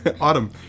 Autumn